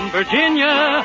Virginia